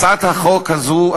הצעת החוק הזו,